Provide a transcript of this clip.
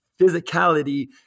physicality